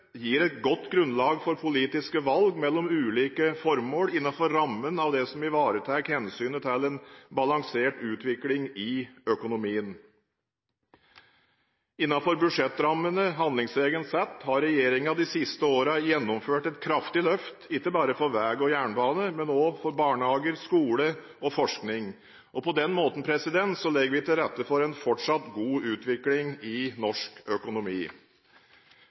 gir et godt grunnlag for politiske valg mellom ulike formål innenfor rammen av det som ivaretar hensynet til en balansert utvikling i økonomien. Innenfor budsjettrammene handlingsregelen setter, har regjeringen de siste årene gjennomført et kraftig løft ikke bare for vei og jernbane, men også for barnehager, skole og forskning. På den måten legger vi til rette for en fortsatt god utvikling i norsk økonomi.